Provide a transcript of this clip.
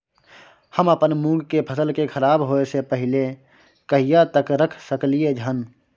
हम अपन मूंग के फसल के खराब होय स पहिले कहिया तक रख सकलिए हन?